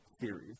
series